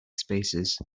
spaces